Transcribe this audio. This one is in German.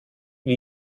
wie